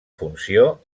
funció